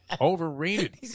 Overrated